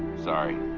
sorry.